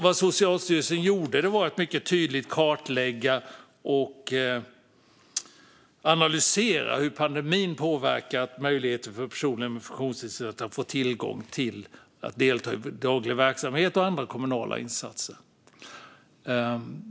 Vad Socialstyrelsen gjorde var att mycket tydligt kartlägga och analysera hur pandemin påverkat möjligheten för personer med funktionsnedsättning att få tillgång till daglig verksamhet och andra kommunala insatser.